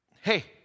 Hey